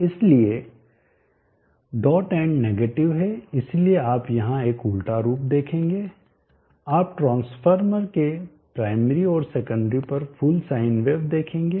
इसलिए dot and negative है इसलिए आप यहां एक उलटा रूप देखेंगे आप ट्रांसफार्मर के प्राइमरी और सेकेंडरी पर फुल साइन वेव देखेंगे